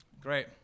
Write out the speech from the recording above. Great